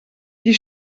die